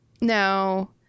no